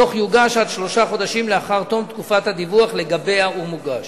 הדוח יוגש עד שלושה חודשים לאחר תום תקופת הדיווח שלגביה הוא מוגש.